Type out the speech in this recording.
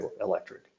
electric